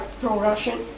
pro-Russian